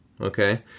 okay